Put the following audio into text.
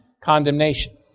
condemnation